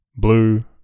Blue